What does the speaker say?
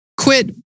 quit